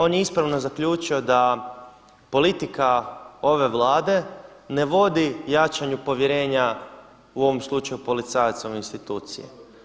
On je ispravno zaključio da politika ove Vlade ne vodi jačanju povjerenja u ovom slučaju policajaca u institucije.